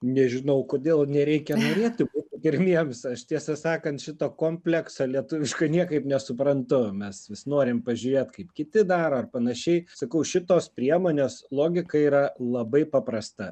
nežinau kodėl nereikia norėti būti pirmiems aš tiesą sakant šito komplekso lietuviško niekaip nesuprantu mes vis norim pažiūrėt kaip kiti daro ar panašiai sakau šitos priemonės logika yra labai paprasta